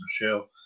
Michelle